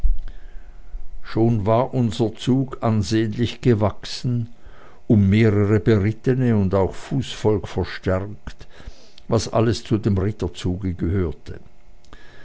schon war unser zug ansehnlich gewachsen um mehrere berittene und auch durch fußvolk verstärkt was alles zu dem ritterzuge gehörte